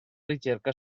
ricerca